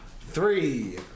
three